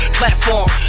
platform